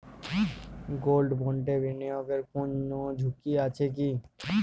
Gold বন্ডে বিনিয়োগে কোন ঝুঁকি আছে কি?